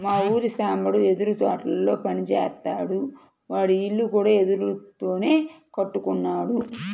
మా ఊరి సాంబడు వెదురు తోటల్లో పని జేత్తాడు, వాడి ఇల్లు కూడా వెదురుతోనే కట్టుకున్నాడు